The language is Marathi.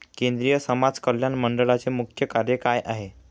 केंद्रिय समाज कल्याण मंडळाचे मुख्य कार्य काय आहे?